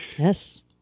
Yes